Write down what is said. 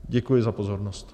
Děkuji za pozornost.